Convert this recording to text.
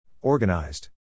Organized